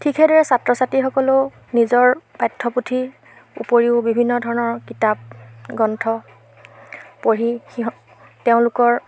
ঠিক সেইদৰে ছাত্ৰ ছাত্ৰীসকলেও নিজৰ পাঠ্যপুথি উপৰিও বিভিন্ন ধৰণৰ কিতাপ গ্ৰন্থ পঢ়ি সিহঁ তেওঁলোকৰ